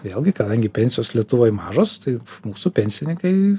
vėlgi kadangi pensijos lietuvoj mažos tai mūsų pensininkai